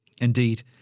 Indeed